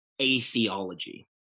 atheology